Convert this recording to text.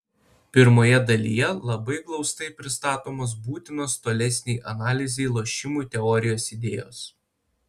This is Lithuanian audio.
pirmoje dalyje labai glaustai pristatomos būtinos tolesnei analizei lošimų teorijos idėjos